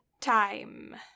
time